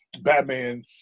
Batman